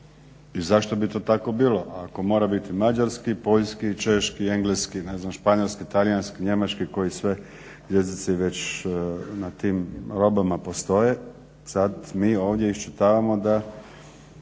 I zašto bi to tako bilo, ako mora biti mađarski, poljski, češki, engleski ne znam španjolski, talijanski, njemački koji sve jezici na tim robama postoje. Sad mi ovdje iščitavamo da